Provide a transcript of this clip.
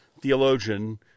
theologian